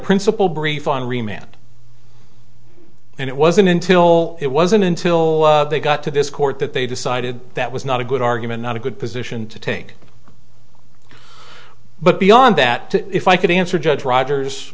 principle brief on remand and it wasn't until it wasn't until they got to this court that they decided that was not a good argument not a good position to take but beyond that to if i could answer judge rogers